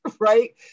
right